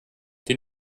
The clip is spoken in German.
die